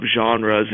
genres